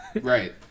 right